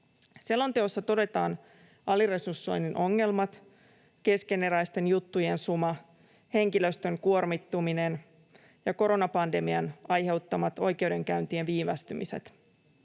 Selonteossa todetaan aliresursoinnin ongelmat, keskeneräisten juttujen suma, henkilöstön kuormittuminen ja koronapandemian aiheuttamat oikeudenkäyntien viivästymiset.